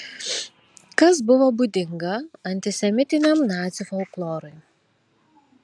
kas buvo būdinga antisemitiniam nacių folklorui